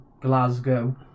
Glasgow